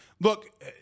Look